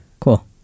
cool